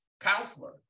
counselor